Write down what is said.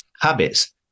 habits